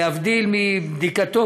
להבדיל מבדיקתו,